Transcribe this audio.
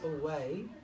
away